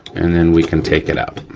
and then we can take it out.